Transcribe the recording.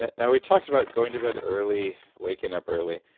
and now we talked about going to bed early, waking up early,